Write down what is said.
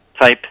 type